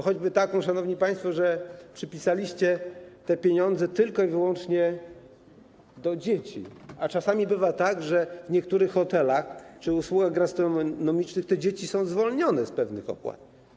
Choćby związaną z tym, szanowni państwo, że przypisaliście te pieniądze tylko i wyłącznie do dzieci, a czasami bywa tak, że w niektórych hotelach czy w przypadku usług gastronomicznych te dzieci są zwolnione z pewnych opłat.